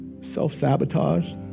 self-sabotage